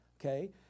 okay